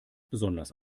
besonders